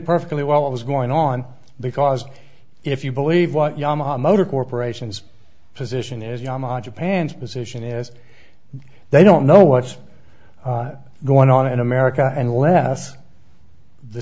perfectly well what was going on because if you believe what yamaha motor corp's position is yamaha japan's position is they don't know what's going on in america unless the